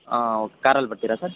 ಹಾಂ ಓಕೆ ಕಾರಲ್ಲಿ ಬರ್ತಿರಾ ಸರ್